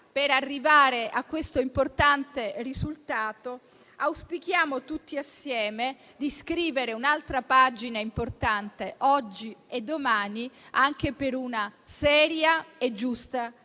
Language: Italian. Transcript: per arrivare a questo importante risultato, auspichiamo tutti assieme di scrivere un'altra pagina importante, oggi e domani, anche per una seria e giusta riforma